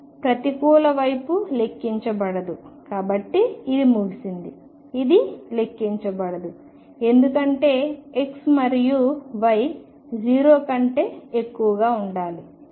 ప్రతికూల వైపు లెక్కించబడదు కాబట్టి ఇది ముగిసింది ఇది లెక్కించబడదు ఎందుకంటే X మరియు Y 0 కంటే ఎక్కువగా ఉండాలి